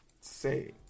Say